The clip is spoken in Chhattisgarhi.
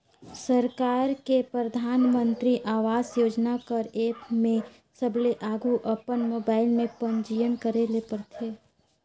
सरकार के परधानमंतरी आवास योजना कर एप में सबले आघु अपन मोबाइल में पंजीयन करे ले परथे